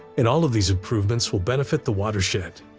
and all of these improvements will benefit the watershed.